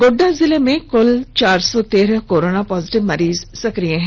गोड्डा जिले में कल चार सौ तेरह कोरोना पॉजिटिव मरीज सक्रिय हैं